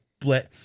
blit